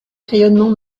rayonnements